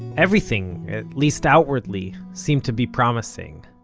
everything, at least outwardly, seemed to be promising.